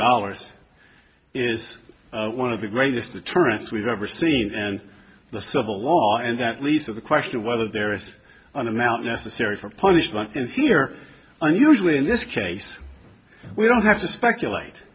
dollars is one of the greatest deterrents we've ever seen and the civil law and that lease of the question whether there is an amount necessary for punishment and here and usually in this case we don't have to speculate